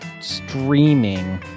streaming